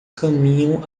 caminham